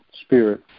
spirit